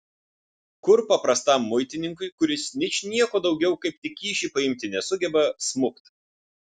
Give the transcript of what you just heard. kur paprastam muitininkui kuris ničnieko daugiau kaip tik kyšį paimti nesugeba smukt